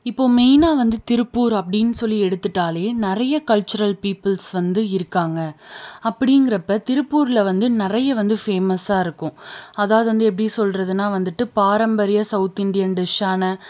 இப்போது மெய்னாக வந்து திருப்பூர் அப்படினு சொல்லி எடுத்துட்டாலே நிறைய கல்ச்சுரல் பீப்புல்ஸ் வந்து இருக்காங்க அப்டிங்கிறப்ப திருப்பூரில் வந்து நிறைய வந்து ஃபேமஸாயிருக்கும் அதாவது வந்து எப்படி சொல்கிறதுனா வந்துட்டு பாரம்பரிய சவுத் இண்டியன் டிஷ்ஷான